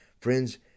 friends